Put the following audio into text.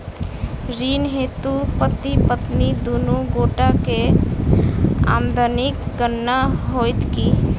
ऋण हेतु पति पत्नी दुनू गोटा केँ आमदनीक गणना होइत की?